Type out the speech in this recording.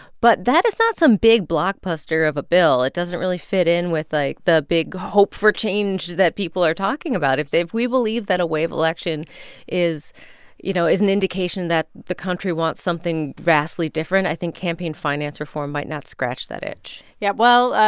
but that is not some big blockbuster of a bill. it doesn't really fit in with, like, the big hope for change that people are talking about. if they if we believe that a wave election is you know, is an indication that the country wants something vastly different, i think campaign finance reform might not scratch that itch yeah, well,